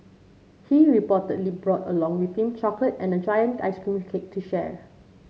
he reportedly brought along with him chocolate and a giant ice cream cake to share